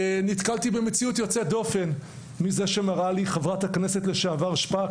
ונתקלתי במציאות יוצאת דופן מכך שמראה לי חברת הכנסת לשעבר שפק,